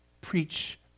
preach